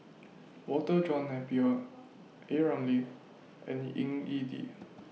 Walter John Napier A Ramli and Ying E Ding